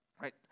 right